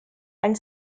and